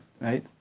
right